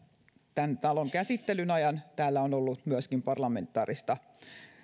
tämän talon käsittelyn ajan täällä on ollut myöskin parlamentaarista